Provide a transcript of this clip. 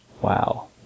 wow